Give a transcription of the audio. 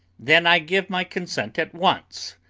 then i give my consent at once